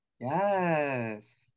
yes